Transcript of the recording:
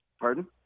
Pardon